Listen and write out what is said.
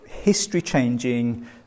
history-changing